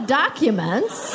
documents